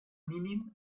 mínim